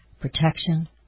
protection